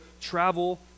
travel